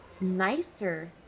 nicer